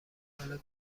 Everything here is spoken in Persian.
حالا